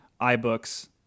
iBooks